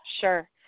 sure